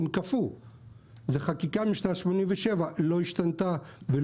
זו חקיקה משנת 1987 שלא השתנתה.